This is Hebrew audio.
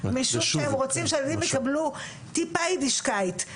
משום שהם רוצים שהילדים יקבלו טיפה יידישקייט.